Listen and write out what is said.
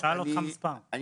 אני